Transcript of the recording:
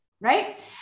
right